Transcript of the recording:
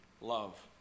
love